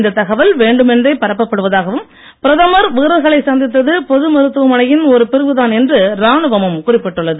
இந்த தகவல் வேண்டும் என்றே பரப்ப்ப்படுவதாகவும் பிரதமர் வீரர்களை சந்தித்தது பொது மருத்துவமனையின் ஒரு பிரிவுதான் என்று இராணுவமும் குறிப்பிட்டுள்ளது